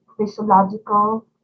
physiological